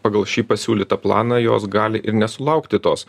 pagal šį pasiūlytą planą jos gali ir nesulaukti tos